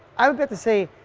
i would have to say,